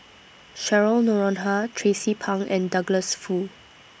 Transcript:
Cheryl Noronha Tracie Pang and Douglas Foo